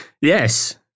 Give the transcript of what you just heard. Yes